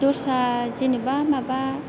दस्रा जेन'बा माबा